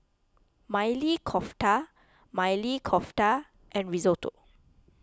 Maili Kofta Maili Kofta and Risotto